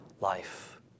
life